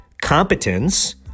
Competence